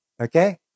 Okay